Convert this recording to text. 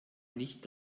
nicht